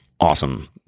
awesome